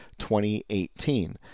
2018